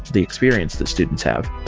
the experience that students have.